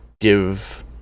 give